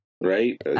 Right